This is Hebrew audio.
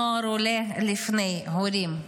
נוער עולה לפני ההורים.